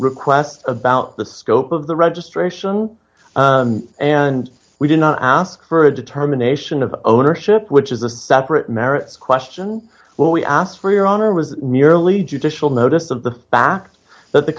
request about the scope of the registration and we did not ask for a determination of ownership which is a separate merits question what we asked for your honor was merely judicial notice of the fact that the